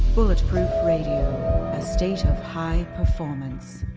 bulletproof radio, a state of high performance.